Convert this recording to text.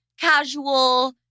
casual